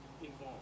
involved